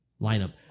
lineup